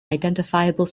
identifiable